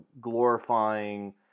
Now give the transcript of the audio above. glorifying